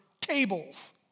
tables